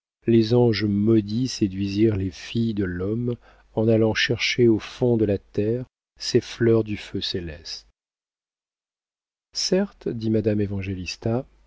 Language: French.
les anges maudits séduisirent les filles de l'homme en allant chercher au fond de la terre ces fleurs du feu céleste certes dit madame